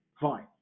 fine